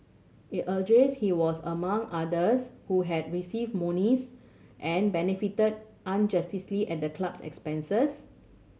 it alleges he was among others who had received monies and benefited at the club's expense